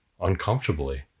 uncomfortably